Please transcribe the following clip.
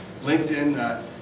LinkedIn